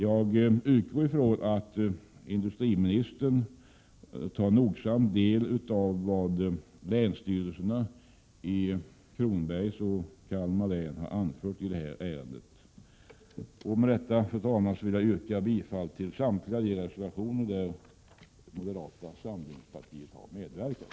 Jag utgår från att industriministern nogsamt tar del av vad länsstyrelserna i Fru talman! Med detta vill jag yrka bifall till samtliga de reservationer där 5 maj 1988 moderata samlingspartiet har medverkat.